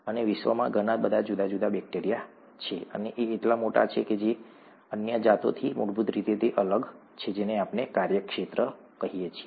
અને વિશ્વમાં ઘણા બધા જુદા જુદા બેક્ટેરિયા છે જીવનમાં અને એટલા મોટા છે અને તે અન્ય જાતોથી મૂળભૂત રીતે અલગ છે જેને આપણે કાર્યક્ષેત્ર કહીએ છીએ